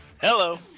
Hello